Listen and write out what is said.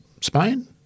Spain